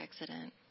accident